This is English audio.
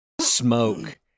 smoke